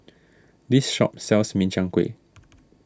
this shop sells Min Chiang Kueh